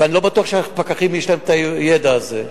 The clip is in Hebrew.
ואני לא בטוח שלפקחים יש הידע הזה.